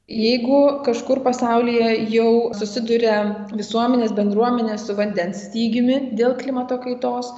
jeigu kažkur pasaulyje jau susiduria visuomenės bendruomenė su vandens stygiumi dėl klimato kaitos